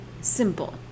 simple